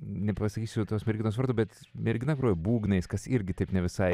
nepasakysiu tos merginos vardo bet mergina grojo būgnais kas irgi taip ne visai